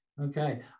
Okay